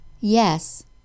Yes